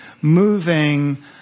moving